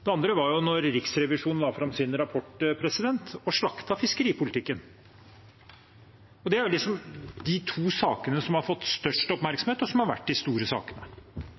Det andre var da Riksrevisjonen la fram sin rapport og slaktet fiskeripolitikken. Det er de to sakene som har fått størst oppmerksomhet, og som har vært de store sakene.